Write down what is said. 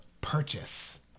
purchase